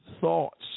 thoughts